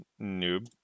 noob